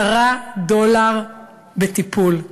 10 דולר בטיפול.